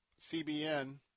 CBN